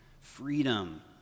Freedom